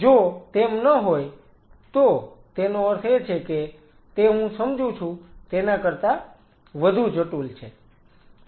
જો તેમ ન હોય તો તેનો અર્થ એ છે કે તે હું સમજું છું તેના કરતાં વધુ જટિલ છે